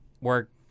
work